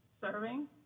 serving